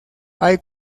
hay